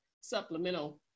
supplemental